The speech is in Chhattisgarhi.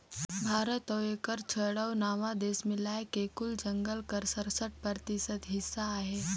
भारत अउ एकर छोंएड़ अउ नव देस मिलाए के कुल जंगल कर सरसठ परतिसत हिस्सा अहे